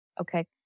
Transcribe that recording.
Okay